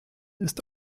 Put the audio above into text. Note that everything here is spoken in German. ist